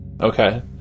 Okay